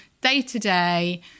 day-to-day